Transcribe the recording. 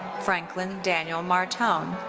franklin daniel martone.